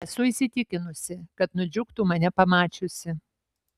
esu įsitikinusi kad nudžiugtų mane pamačiusi